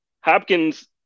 Hopkins